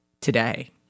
today